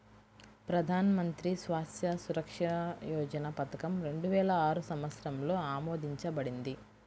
ప్రధాన్ మంత్రి స్వాస్థ్య సురక్ష యోజన పథకం రెండు వేల ఆరు సంవత్సరంలో ఆమోదించబడింది